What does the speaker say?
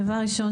דבר ראשון,